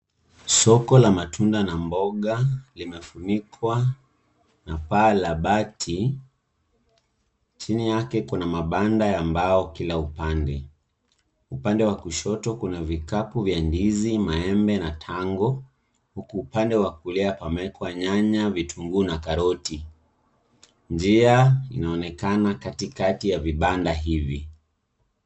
Soko la matunda na mboga limefunikwa na paa la bati. Chini yake kuna mabanda ya mbao kila upande. Upande wa kushoto kuna vikapu vya ndizi, maembe na tango. Huku upande wa kulia pawekwa nyanya ,vitunguu na karoti. Njia inaonekana katikati ya vibanda hivi.